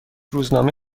روزنامه